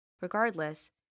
Regardless